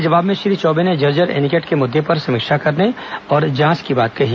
जवाब में श्री चौबे ने जर्जर एनीकट के मुद्दे पर समीक्षा करने और जांच की बात कही